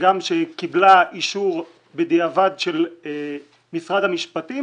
וגם שהיא קיבלה אישור בדיעבד של משרד המשפטים,